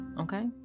okay